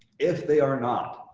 if they are not,